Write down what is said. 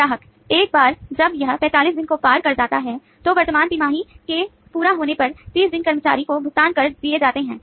ग्राहक एक बार जब यह 45 दिन को पार कर जाता है तो वर्तमान तिमाही के पूरा होने पर 30 दिन कर्मचारी को भुगतान कर दिए जाते हैं